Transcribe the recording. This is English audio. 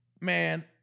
Man